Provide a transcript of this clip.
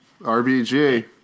RBG